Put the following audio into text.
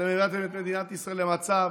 אתם הבאתם את מדינת ישראל למצב